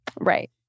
Right